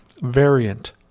variant